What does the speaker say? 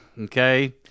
Okay